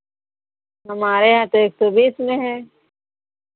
हमारे यहाँ तो एक सौ बीस में है